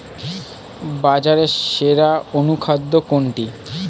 বাজারে সেরা অনুখাদ্য কোনটি?